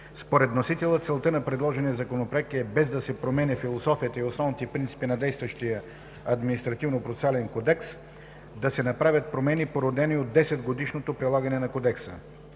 Според вносителя целта на предложения Законопроект е, без да се променят философията и основните принципи на действащия Административнопроцесуален кодекс (АПК), да се направят промени, породени от десетгодишното прилагане на Кодекса.